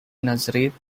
nazareth